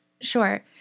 Sure